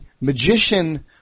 magician